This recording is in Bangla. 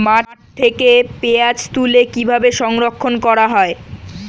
মাঠ থেকে পেঁয়াজ তুলে কিভাবে সংরক্ষণ করা হয়?